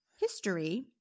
history